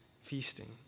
feasting